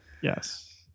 Yes